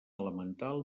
elemental